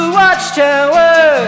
watchtower